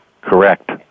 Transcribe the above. Correct